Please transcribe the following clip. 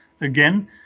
again